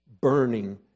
burning